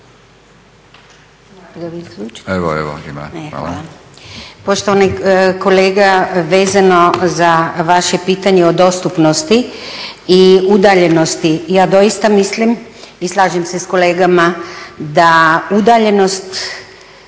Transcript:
Hvala i vama.